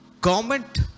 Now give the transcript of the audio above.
government